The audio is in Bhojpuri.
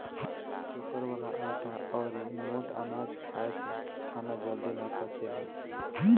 चोकर वाला आटा अउरी मोट अनाज खाए से खाना जल्दी ना पचेला